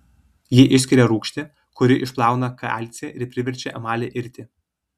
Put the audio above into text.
ji išskiria rūgštį kuri išplauna kalcį ir priverčia emalį irti